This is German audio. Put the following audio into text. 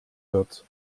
wird